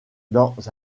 dans